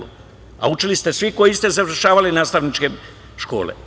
Učili ste svi koji ste završavali nastavničke škole.